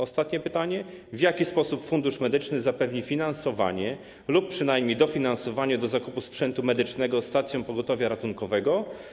Ostatnie pytanie: W jaki sposób Fundusz Medyczny zapewni finansowanie lub przynajmniej dofinansowanie do zakupu sprzętu medycznego stacjom pogotowia ratunkowego?